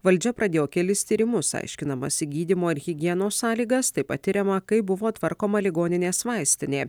valdžia pradėjo kelis tyrimus aiškinamasi gydymo ir higienos sąlygas tai patiriama kaip buvo tvarkoma ligoninės vaistinė